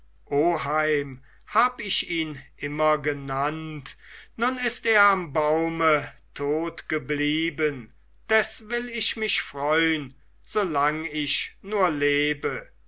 oheim hab ich ihn immer genannt nun ist er am baume tot geblieben des will ich mich freun solang ich nur lebe